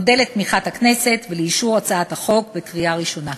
נודה על תמיכת הכנסת ואישור הצעת החוק בקריאה ראשונה.